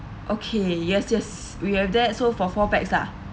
okay yes yes we have that so for four pax lah